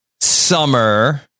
summer